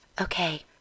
okay